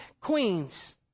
queens